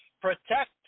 protect